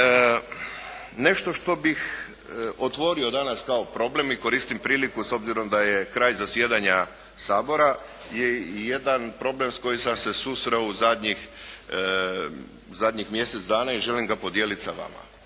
nešto što bih otvorio danas kao problem i koristim priliku s obzirom da je kraj zasjedanja Sabora je i jedan problem s kojim sam se susreo u zadnjih mjesec dana i želim ga podijeliti s vama.